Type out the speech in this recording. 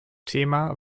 thema